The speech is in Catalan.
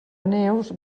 neus